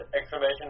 exclamation